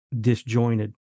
disjointed